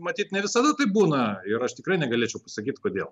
matyt ne visada taip būna ir aš tikrai negalėčiau pasakyt kodėl